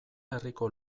herriko